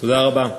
תודה רבה.